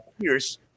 Pierce